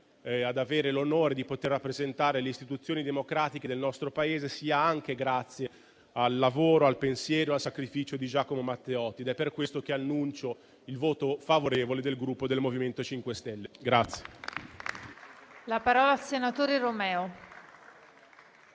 abbiamo l'onore di rappresentare le istituzioni democratiche del nostro Paese, è anche grazie al lavoro, al pensiero e al sacrificio di Giacomo Matteotti. È per questo che annuncio il voto favorevole del Gruppo MoVimento 5 Stelle.